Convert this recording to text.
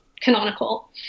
canonical